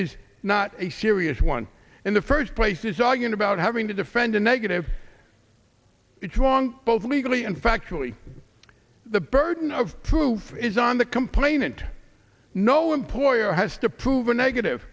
is not a serious one in the first place is arguing about having to defend a negative it's wrong both legally and factually the burden of proof is on the complainant no employer has to prove a negative